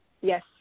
Yes